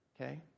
Okay